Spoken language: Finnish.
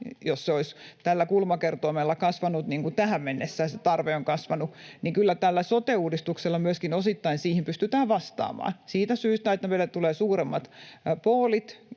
olisi tällä kulmakertoimella kasvanut — niin kuin tähän mennessä se tarve on kasvanut — niin kyllä tällä sote-uudistuksella myöskin osittain siihen pystytään vastaamaan siitä syystä, että meille tulee suuremmat poolit